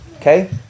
okay